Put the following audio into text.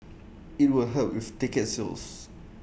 IT will help with ticket sales